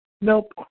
nope